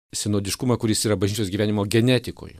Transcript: sinodiškumą kuris yra bažnyčios gyvenimo genetikoj